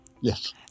Yes